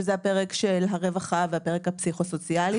שזה הפרק של הרווחה והפרק הפסיכו-סוציאלי